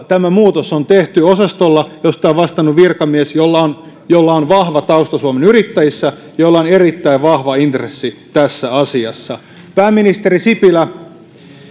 tämä muutos on tehty osastolla josta on vastannut virkamies jolla on jolla on vahva tausta suomen yrittäjissä jolla on erittäin vahva intressi tässä asiassa pääministeri sipilä